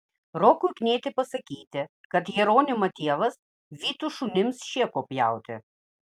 rokui knieti pasakyti kad jeronimą tėvas vytų šunims šėko pjauti